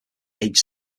age